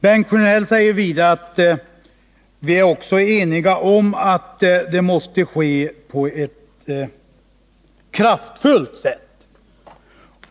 Bengt Sjönell säger vidare att utskottet också är enigt om att den måste ske på ett kraftfullt sätt.